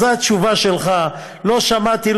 אז זו התשובה שלך: לא שמעתי,